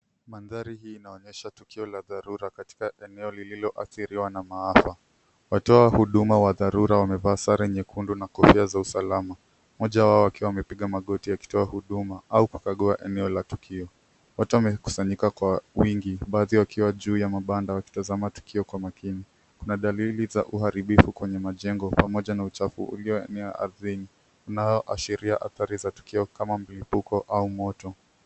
Mandhari hii inaonyesha tukio la dharura katika eneo lililoathiriwa na maafa. Watoa huduma wa dharura wamevaa sare nyekundu na kofia za usalama, mmoja wao akiwa amepiga magoti akitoa huduma au pakagua eneo la tukio. Watu wamekusanyika kwa wingi, baadhi wakiwa juu ya mabanda wakitazama tukio kwa makini. Kuna dalili za uharibifu kwenye majengo pamoja na uchafu ulioenea ardhini, unaoashiria athari za tukio kama milipuko au moto.